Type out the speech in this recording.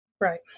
Right